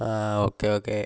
ആ okay okay